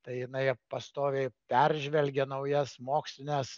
tai jinai pastoviai peržvelgia naujas mokslines